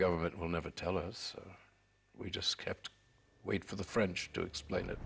government will never tell us we just kept wait for the french to explain it